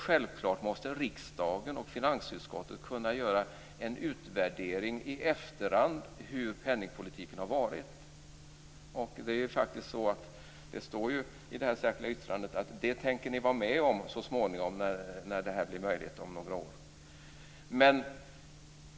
Självklart måste riksdagen och finansutskottet kunna göra en utvärdering i efterhand av hur penningpolitiken har varit. Det står ju i det särskilda yttrandet att ni tänker vara med om det så småningom när detta blir möjligt om några år.